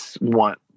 want